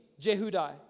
Jehudai